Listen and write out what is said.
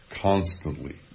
constantly